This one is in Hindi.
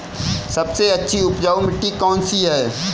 सबसे अच्छी उपजाऊ मिट्टी कौन सी है?